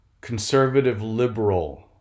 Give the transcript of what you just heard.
conservative-liberal